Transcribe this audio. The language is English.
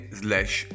slash